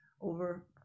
over